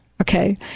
Okay